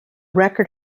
record